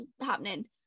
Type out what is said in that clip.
happening